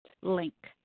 link